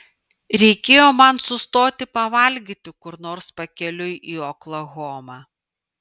reikėjo man sustoti pavalgyti kur nors pakeliui į oklahomą